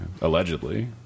Allegedly